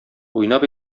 уйнап